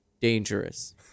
dangerous